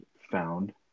found